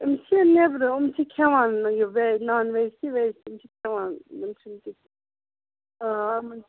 یِم چھِ نٮ۪برٕ یِم چھِ کھٮ۪وان یہِ وے نان وٮ۪ج تہِ وٮ۪ج تہِ یِم چھِ کھٮ۪وان یِم چھِنہٕ آ